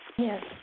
Yes